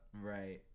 right